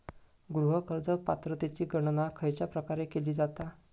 गृह कर्ज पात्रतेची गणना खयच्या प्रकारे केली जाते?